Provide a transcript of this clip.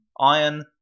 iron